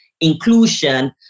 inclusion